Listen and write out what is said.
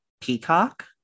Peacock